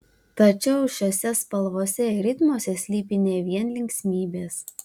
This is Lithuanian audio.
tačiau šiose spalvose ir ritmuose slypi ne vien linksmybės